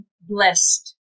blessed